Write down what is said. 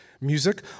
music